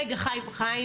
רגע, חיים.